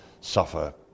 suffer